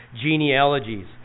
genealogies